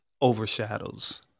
overshadows